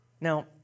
Now